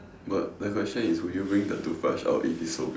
but my question is would you bring the toothbrush out if it's so big